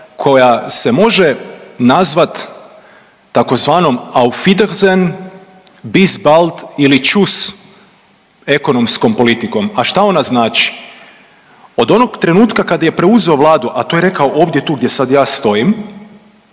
koja se može nazvati tzv. auf wiedersehen, bis bald ili tschuss ekonomskom politikom. A šta ona znači? Od onog trenutka kad je preuzeo Vladu, a to je rekao ovdje tu gdje sad ja stojim